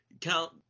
Count